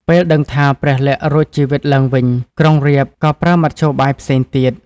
ពេលដឹងថា ព្រះលក្សណ៍រួចជីវិតឡើងវិញ ក្រុងរាពណ៍ក៏ប្រើមធ្យោបាយផ្សេងទៀត។